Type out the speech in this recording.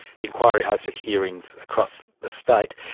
the inquiry hosted hearings across the state.